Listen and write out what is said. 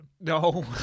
No